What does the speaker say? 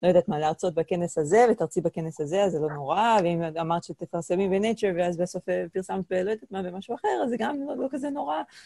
לא יודעת מה להרצות בכנס הזה, ותרצי בכנס הזה, אז זה לא נורא, ואם אמרת שאתם פרסמים בנט'ר ואז בסופו של דבר פרסמת בזה ולא יודעת במה במשהו אחר, אז זה גם לא כזה נורא.